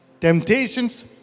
temptations